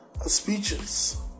speeches